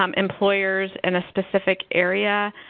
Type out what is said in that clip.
um employers in a specific area,